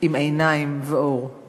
עם עיניים ואור /